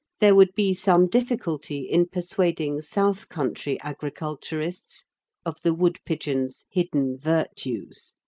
there would be some difficulty in persuading south country agriculturists of the woodpigeon's hidden virtues.